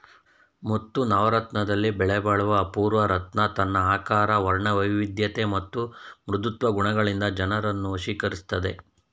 ಮುತ್ತು ನವರತ್ನದಲ್ಲಿ ಬೆಲೆಬಾಳುವ ಅಪೂರ್ವ ರತ್ನ ತನ್ನ ಆಕಾರ ವರ್ಣವೈವಿಧ್ಯತೆ ಮತ್ತು ಮೃದುತ್ವ ಗುಣಗಳಿಂದ ಜನರನ್ನು ವಶೀಕರಿಸ್ತದೆ